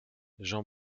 jean